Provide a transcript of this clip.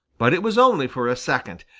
but it was only for a second,